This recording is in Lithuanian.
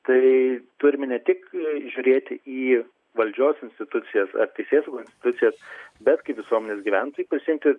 tai turime ne tik žiūrėti į valdžios institucijas ar teisėsaugos institucijas bet kaip visuomenės gyventojai prisiimti